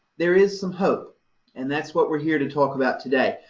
there is some hope and that's what we here to talk about today,